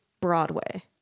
Broadway